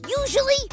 usually